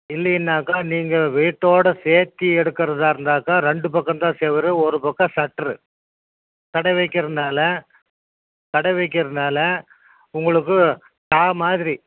இல்லைனாக்கா நீங்கள் வீட்டோட சேர்த்தி எடுக்கறதாக இருந்தாக்கா ரெண்டு பக்கம் தான் செவுர் ஒரு பக்கம் சட்ரு கடை வைக்கிறனால கடை வைக்கிறனால உங்களுக்கு டா மாதிரி